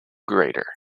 greater